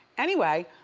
anyway,